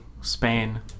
Spain